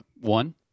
one